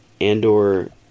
Andor